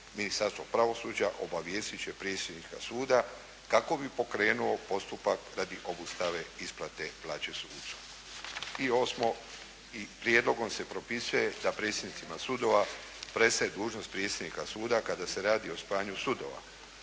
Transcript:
Ministarstvo pravosuđa obavijestit će predsjednika suda kako bi pokrenuo postupak radi obustave isplate plaće sucu. I osmo, prijedlogom se propisuje da predsjednicima sudova prestaje dužnost predsjednika suda kada se radi o spajanju sudova.